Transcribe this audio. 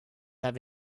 have